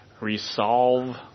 resolve